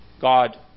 God